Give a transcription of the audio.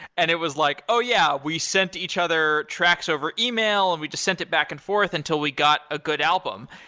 and it was like, oh, yeah. we sent each other tracks over email and we just sent it back and forth until we got a good album.